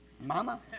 Mama